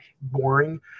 boring